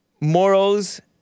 Morals